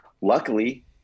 luckily